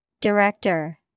Director